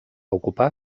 ocupar